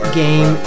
game